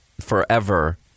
forever